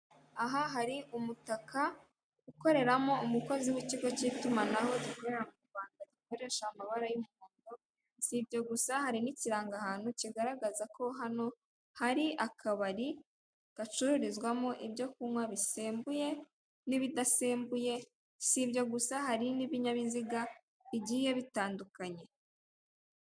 Aha hari umutaka ukoreramo umukozi w'ikigo cy'itumanaho gikorera mu Rwanda gikoresha amabara y'umuhondo, sibyo gusa hari n'ikirango ahantu kigaragaza ko hano hari akabari gacururizwamo ibyo kunywa bisembuye n'ibidasembuye, sibyo gusa hari n'ibinyabiziga bigiye bitandukanye.